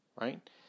right